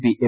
P M